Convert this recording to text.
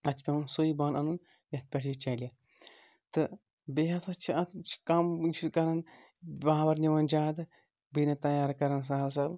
اَتھ چھِ پٮ۪وَن سُے بانہٕ اَنُن یَتھ پٮ۪ٹھ یہِ چَلہِ تہٕ بیٚیہِ ہَسا چھِ اَتھ کَم چھِ کَرَان پاوَر نِوَان زیادٕ بیٚیہِ نہٕ تیار کَرَان سَہَل سَہَل